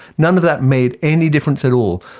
none of that made any difference at all,